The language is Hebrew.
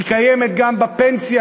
היא קיימת גם בפנסיה,